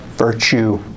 virtue